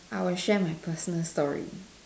I will share my personal story